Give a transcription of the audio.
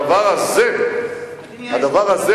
אבל הדבר הזה, הדבר הזה